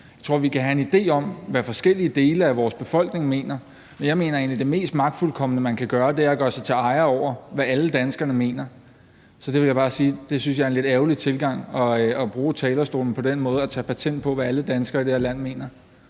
Jeg tror, vi kan have en idé om, hvad forskellige dele af vores befolkning mener, men jeg mener egentlig, at det mest magtfuldkomne, man kan gøre, er at gøre sig til ejer over, hvad alle danskere mener. Så der vil jeg bare sige, at jeg synes, det er en lidt ærgerlig tilgang at bruge talerstolen på den måde og tage patent på at vide, hvad alle danskere i det her land mener.